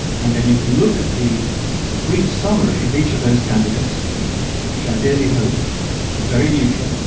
and then you can look at the brief summary of each of those candidates which i dearly hope is very neutral,